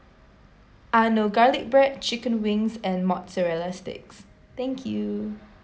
ah no garlic bread chicken wings and mozzarella sticks thank you